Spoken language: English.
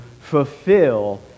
fulfill